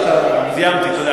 אני סיימתי, תודה.